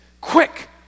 quick